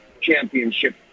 championship